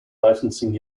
licensing